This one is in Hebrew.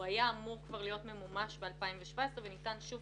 הוא היה אמור להיות ממומש ב-2017 וניתן שוב